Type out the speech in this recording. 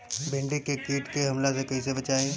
भींडी के कीट के हमला से कइसे बचाई?